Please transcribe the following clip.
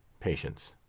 patience.